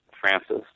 Francis